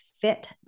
fit